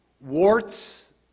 warts